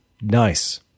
nice